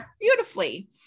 beautifully